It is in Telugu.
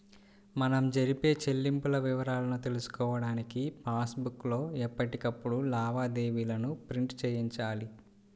మనం జరిపే చెల్లింపుల వివరాలను తెలుసుకోడానికి పాస్ బుక్ లో ఎప్పటికప్పుడు లావాదేవీలను ప్రింట్ చేయించాలి